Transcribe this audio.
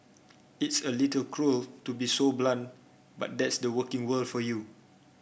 it's a little cruel to be so blunt but that's the working world for you